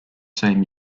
same